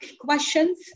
questions